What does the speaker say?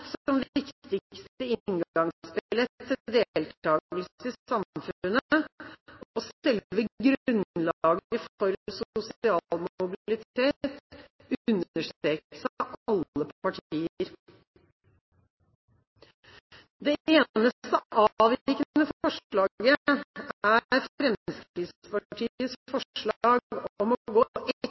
selve grunnlaget for sosial mobilitet, understrekes av alle partier. Det eneste avvikende forslaget er Fremskrittspartiets forslag om å gå